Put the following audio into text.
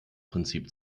prinzip